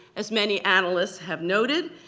as many analysts have noted,